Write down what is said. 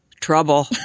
trouble